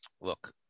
look